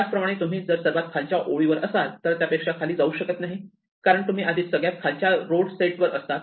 त्याचप्रमाणे तुम्ही जर सर्वात खालच्या ओळी वर असाल तर त्यापेक्षा खाली जाऊ शकत नाही कारण तुम्ही आधीच सगळ्यात खालच्या रोड सेट वर असतात